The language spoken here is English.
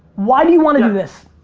why do you want to do this?